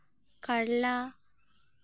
ᱠᱟᱨᱞᱟ